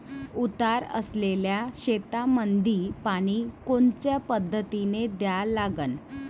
उतार असलेल्या शेतामंदी पानी कोनच्या पद्धतीने द्या लागन?